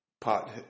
pot